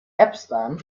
epstein